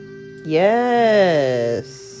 Yes